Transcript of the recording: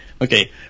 Okay